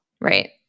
Right